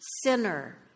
sinner